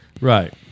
Right